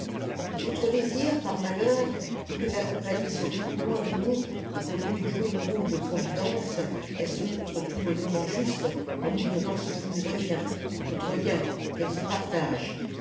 notre désir par malheur est que la compagnie s'occupe moins de nous et qu'au lieu de jouer le rôle de providence elle se montre tout bonnement juste en nous donnant ce qui nous revient notre gain qu'elle se partage